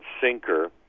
sinker